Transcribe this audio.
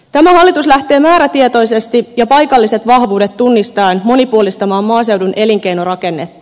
tämä hallitus lähtee määrätietoisesti ja paikalliset vahvuudet tunnistaen monipuolistamaan maaseudun elinkeinorakennetta